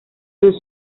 los